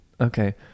Okay